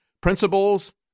principles